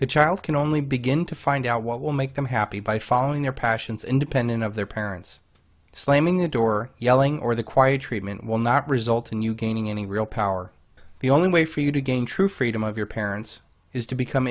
the child can only begin to find out what will make them happy by following their passions independent of their parents slamming the door yelling or the quiet treatment will not result in you gaining any real power the only way for you to gain true freedom of your parents is to become